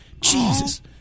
Jesus